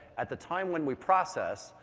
at the time when we process,